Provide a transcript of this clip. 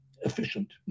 efficient